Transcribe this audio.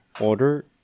order